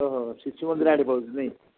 ଓହୋ ଶିଶୁ ମନ୍ଦିର ଆଡ଼େ ପଢ଼ୁଛୁ ନାଇଁ